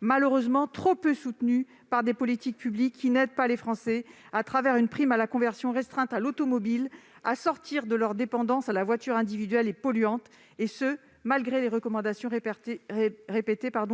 malheureusement trop peu soutenu par des politiques publiques qui n'aident pas les Français, du fait d'une prime à la conversion restreinte à l'automobile, à sortir de leur dépendance à la voiture individuelle et polluante, et ce malgré les recommandations répétées